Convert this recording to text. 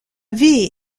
ville